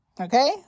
Okay